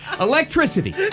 Electricity